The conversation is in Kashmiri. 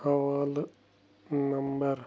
حوالہٕ نمبَر